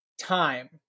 time